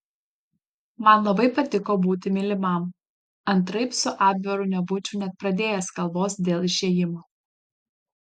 man labai patiko būti mylimam antraip su abveru nebūčiau net pradėjęs kalbos dėl išėjimo